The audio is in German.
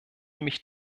mich